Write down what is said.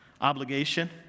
obligation